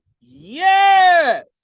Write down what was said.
yes